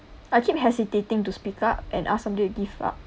I keep hesitating to speak up and ask somebody give up